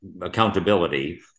accountability